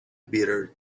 bitter